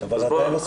אבל עדיין לא סוכם.